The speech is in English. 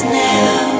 now